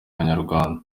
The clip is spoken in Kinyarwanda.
banyarwanda